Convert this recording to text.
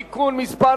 (תיקון מס'